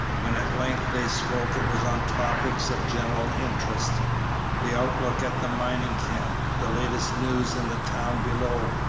when at length they spoke it was on topics of general interest the outlook at the mining camp, the latest news in the town below,